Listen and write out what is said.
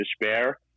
despair